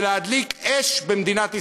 זה להדליק אש במדינת ישראל,